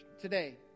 today